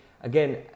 Again